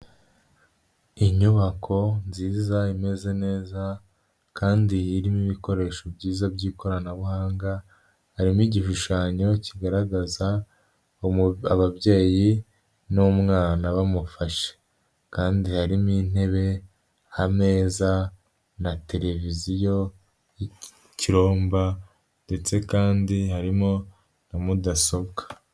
Inyubako nziza imeze neza kandi irimo ibikoresho byiza by'ikoranabuhanga, harimo igishushanyo kigaragaza ababyeyi n'umwana bamufashe kandi harimo intebe, ameza na televiziyo y'ikiromba ndetse kandi harimo na mudasobwa.